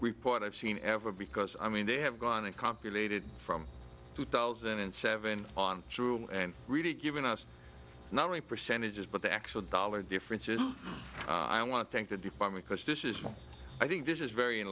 report i've seen ever because i mean they have gone in copulated from two thousand and seven on through and really given us not only percentages but the actual dollar difference is i want to thank the department because this is i think this is very